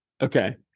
okay